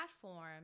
platform